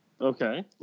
Okay